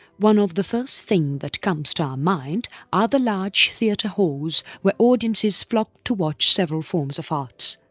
one of the first thing that comes to our mind are the large theatre halls where audiences flock to watch several forms of arts.